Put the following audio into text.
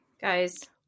Guys